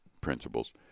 principles